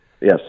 Yes